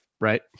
right